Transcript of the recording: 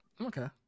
Okay